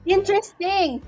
Interesting